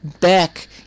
back